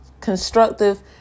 constructive